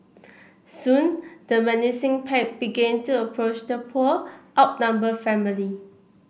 soon the menacing pack began to approach the poor outnumbered family